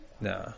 Nah